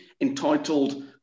entitled